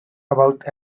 about